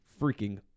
Freaking